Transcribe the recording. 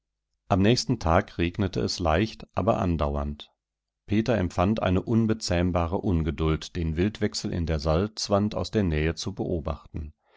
am nächsten tag regnete es leicht aber andauernd peter empfand eine unbezähmbare ungeduld den wildwechsel in der salzwand aus der nähe zu beobachten